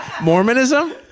Mormonism